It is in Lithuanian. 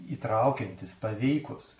įtraukiantys paveikūs